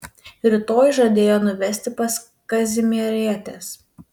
rytoj žadėjo nuvesti pas kazimierietes